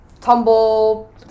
tumble